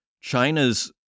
China's